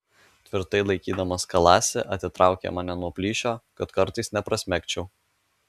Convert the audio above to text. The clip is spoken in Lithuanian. tvirtai laikydamas kalasi atitraukė mane nuo plyšio kad kartais neprasmegčiau